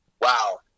wow